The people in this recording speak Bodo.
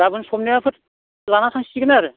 गाबोन समनिहाफोर लाना थांसिगोन आरो